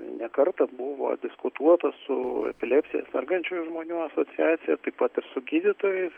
ne kartą buvo diskutuota su epilepsija sergančiųjų žmonių asociacija taip pat ir su gydytojais